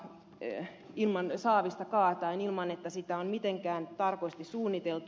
kitee immonen saavista kaataen ilman että sitä on mitenkään tarkasti suunniteltu